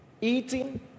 eating